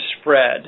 spread